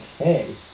Okay